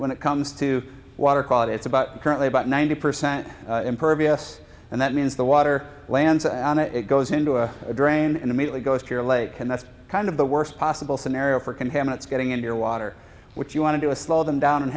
when it comes to water quality it's about currently about ninety percent impervious and that means the water lands and it goes into a drain and immediately goes to your lake and that's kind of the worst possible scenario for contaminants getting in your water what you want to do is slow them down and